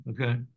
okay